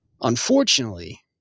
Unfortunately